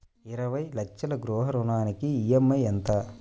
ఇరవై లక్షల గృహ రుణానికి ఈ.ఎం.ఐ ఎంత?